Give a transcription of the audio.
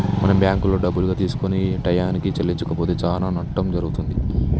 మనం బ్యాంకులో డబ్బులుగా తీసుకొని టయానికి చెల్లించకపోతే చానా నట్టం జరుగుతుంది